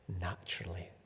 naturally